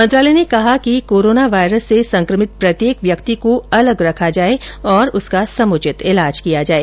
मंत्रालय ने कहा कि कोरोना वायरस से संक्रमित प्रत्येक व्यक्ति को अलग रखा जाए और उसका समुचित ईलाज किया जाए